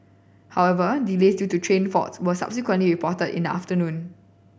however delays due to train fault were subsequently reported in the afternoon